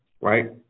right